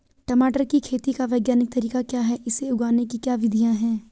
टमाटर की खेती का वैज्ञानिक तरीका क्या है इसे उगाने की क्या विधियाँ हैं?